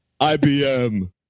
IBM